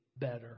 better